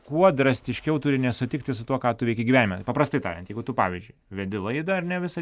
kuo drastiškiau turi nesutikti su tuo ką tu veiki gyvenime paprastai tariant jeigu tu pavyzdžiui vedi laidą ar ne visą